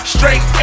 Straight